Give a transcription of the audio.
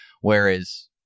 whereas